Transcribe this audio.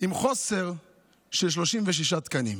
עם חוסר של 36 תקנים.